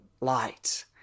light